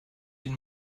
den